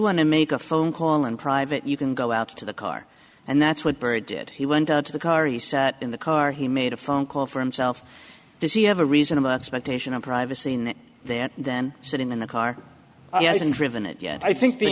want to make a phone call in private you can go out to the car and that's what perry did he went out to the car he sat in the car he made a phone call for himself does he have a reasonable expectation of privacy in there then sit in the car and driven it yet i think the